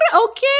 Okay